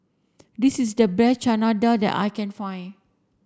this is the best Chana Dal that I can find